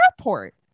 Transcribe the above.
airport